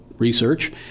Research